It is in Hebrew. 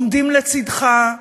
עומדים לצדך.